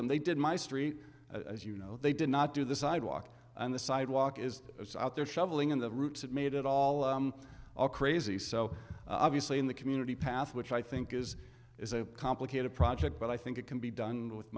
them they did my story as you know they did not do the sidewalk and the sidewalk is out there shoveling in the roots that made it all all crazy so obviously in the community path which i think is is a complicated project but i think it can be done with